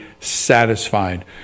satisfied